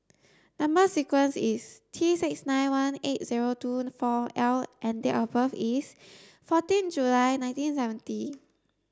number sequence is T six nine one eight zero two four L and date of birth is fourteen July nineteen seventy